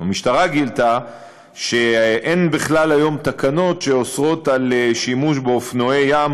המשטרה גילתה שאין היום בכלל תקנות שאוסרות שימוש באופנועי ים